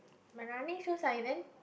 my running shoes are in and